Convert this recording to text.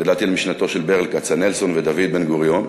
גדלתי על משנתם של ברל כצנלסון ודוד בן-גוריון,